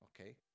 Okay